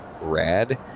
rad